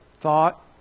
thought